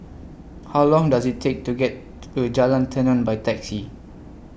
How Long Does IT Take to get to Jalan Tenon By Taxi